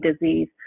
disease